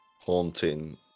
haunting